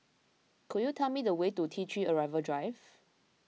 could you tell me the way to T three Arrival Drive